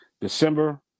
December